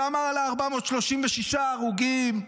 436 ההרוגים,